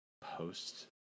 post